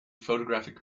photographic